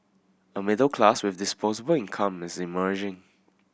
a middle class with disposable income is emerging